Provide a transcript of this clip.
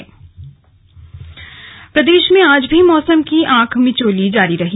slug मौसम प्रदेश में आज भी मौसम की आंख मिचौली जारी रही